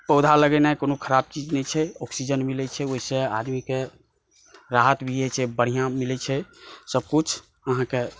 पौधा लगेनाइ कोनो खराप चीज नहि छै ऑक्सीजन मिलै छै ओहिसे आदमीकेँ राहत भी होइ छै बढ़िऑं मिलै छै सबकिछु अहाँकेॅं